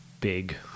big